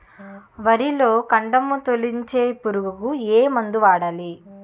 వరిలో కాండము తొలిచే పురుగుకు ఏ మందు వాడాలి?